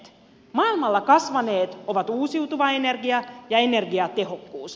maailmalla kasvaneet ovat uusiutuva energia ja energiatehokkuus